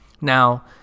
Now